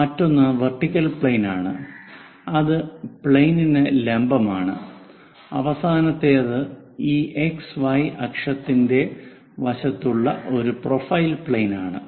മറ്റൊന്ന് vertical plane ആണ് അത് പ്ലെയിനിന് ലംബമാണ് അവസാനത്തേത് ഈ X Y അക്ഷത്തിന്റെ വശത്തുള്ള ഒരു പ്രൊഫൈൽ പ്ലെയിൻ ആണ്